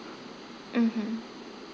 mmhmm